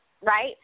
right